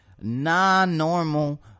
Non-normal